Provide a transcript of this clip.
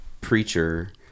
preacher